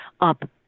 up